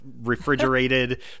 refrigerated